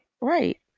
Right